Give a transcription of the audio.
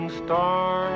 star